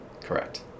correct